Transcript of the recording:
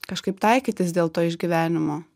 kažkaip taikytis dėl to išgyvenimo